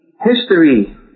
history